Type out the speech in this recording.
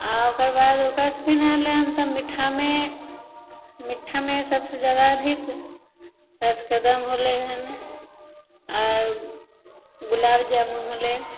आओर ओकर बाद ओकरासे पहिले हन मीठामे मीठामे सबसे जादा अधिक रसकदम होलै हन आओर गुलाब जामुन होलै